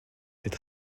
c’est